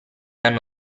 hanno